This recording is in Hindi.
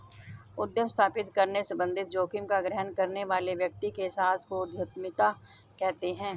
उद्यम स्थापित करने संबंधित जोखिम का ग्रहण करने वाले व्यक्ति के साहस को उद्यमिता कहते हैं